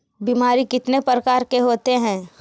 बीमारी कितने प्रकार के होते हैं?